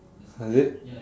is it